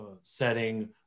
setting